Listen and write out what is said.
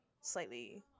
slightly